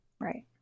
Right